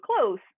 close